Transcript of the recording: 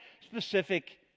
specific